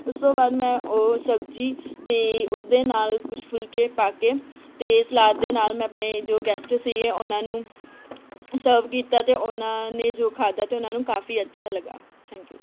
ਉਸ ਤੋਂ ਬਾਅਦ ਮੈਂ ਉਹ ਸਬਜ਼ੀ ਅਤੇ ਉਸਦੇ ਨਾਲ ਕੁਛ ਫੁਲਕੇ ਪਾ ਕੇ ਅਤੇ ਸਲਾਦ ਦੇ ਨਾਲ ਮੈਂ ਆਪਣੇ ਜੋ ਗੈਸਟ ਸੀਗੇ ਉਹਨਾਂ ਨੂੰ ਸਰਵ ਕੀਤਾ ਅਤੇ ਉਹਨਾਂ ਨੇ ਜੋ ਖਾਧਾ ਅਤੇ ਉਹਨਾਂ ਨੂੰ ਕਾਫੀ ਅੱਛਾ ਲੱਗਾ ਥੈਂਕ ਯੂ